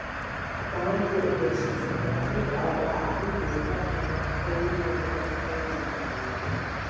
दान के उद्देश्य सामाजिक औउर आदमी के स्तर पर कोई के मदद कईल जा हई